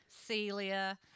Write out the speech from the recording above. Celia